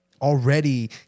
already